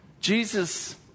Jesus